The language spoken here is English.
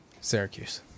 Syracuse